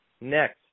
Next